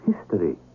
History